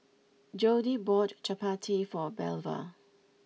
Jodie bought Chapati for Belva